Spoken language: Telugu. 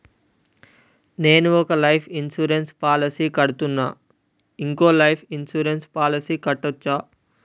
నేను ఒక లైఫ్ ఇన్సూరెన్స్ పాలసీ కడ్తున్నా, ఇంకో లైఫ్ ఇన్సూరెన్స్ పాలసీ కట్టొచ్చా?